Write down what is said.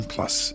Plus